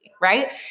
right